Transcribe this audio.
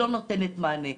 לא נותנת מענה.